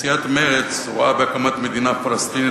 סיעת מרצ רואה בהקמת מדינה פלסטינית